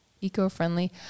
eco-friendly